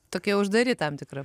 tokie uždari tam tikra